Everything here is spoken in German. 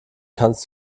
kannst